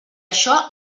això